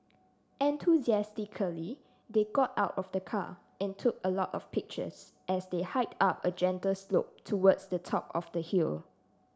enthusiastically they got out of the car and took a lot of pictures as they hiked up a gentle slope towards the top of the hill